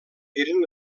eren